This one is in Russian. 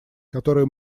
которые